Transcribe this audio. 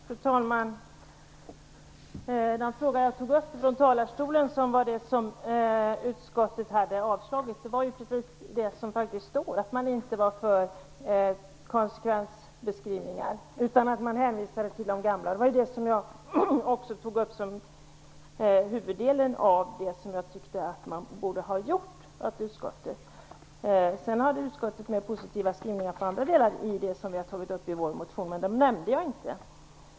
Fru talman! Den fråga jag tog upp ifrån talarstolen var den som utskottet faktiskt hade avslagit. Utskottet skriver att man inte är för konsekvensbeskrivningar, utan hänvisar till de gamla. Det var huvuddelen i det som jag tog upp som något som borde ha gjorts. Utskottet har mer positiva skrivningar i andra delar av det vi har tagit upp i motionen, men de nämnde jag inte.